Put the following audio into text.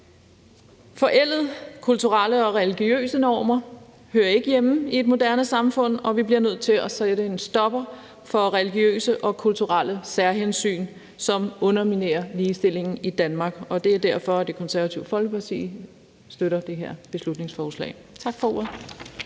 Forældede kulturelle og religiøse normer hører ikke hjemme i et moderne samfund, og vi bliver nødt til at sætte en stopper for religiøse og kulturelle særhensyn, som underminerer ligestillingen i Danmark. Det er derfor, Det Konservative Folkeparti støtter det her beslutningsforslag. Tak for ordet.